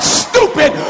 stupid